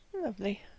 Lovely